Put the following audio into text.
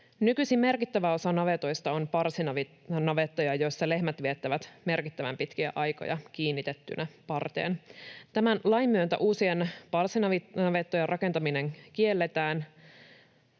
Nykyisin merkittävä osa navetoista on parsinavettoja, joissa lehmät viettävät merkittävän pitkiä aikoja kiinnitettynä parteen. Tämän lain myötä uusien parsinavettojen rakentaminen kielletään,